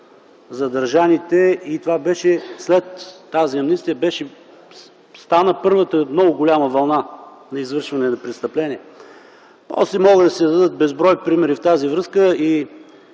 задържаните. След тази амнистия стана първата много голяма вълна на извършване на престъпления. Могат да се дадат още безброй примери в тази връзка.